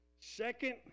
Second